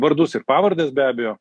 vardus ir pavardes be abejo